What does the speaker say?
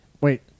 Wait